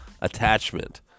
attachment